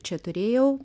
čia turėjau